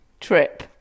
Trip